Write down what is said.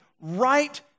right